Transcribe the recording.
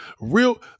real